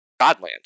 Godland